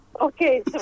Okay